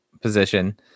position